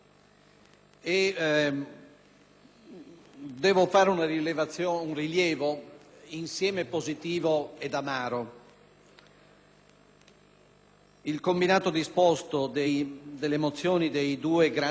devo fare un rilievo insieme positivo ed amaro: il combinato disposto delle mozioni dei due grandi Gruppi parlamentari di quest'Aula,